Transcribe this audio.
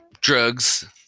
drugs